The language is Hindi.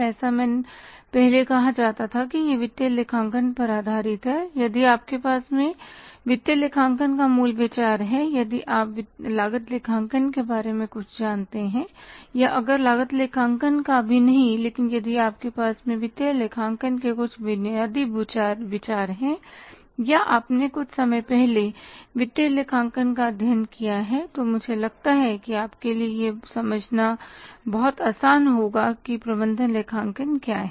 ऐसा पहले कहा जाता था कि यह वित्तीय लेखांकन पर आधारित था यदि आपके पास वित्तीय लेखांकन का मूल विचार है या यदि आप लागत लेखांकन के बारे में कुछ जानते हैं या अगर लागत लेखांकन भी नहीं लेकिन यदि आपके पास वित्तीय लेखांकन के कुछ बुनियादी विचार हैं या आपने कुछ समय पहले वित्तीय लेखांकन का अध्ययन किया है तो मुझे लगता है कि आपके लिए यह समझना बहुत आसान होगा कि प्रबंधन लेखांकन क्या है